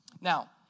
Now